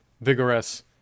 vigorous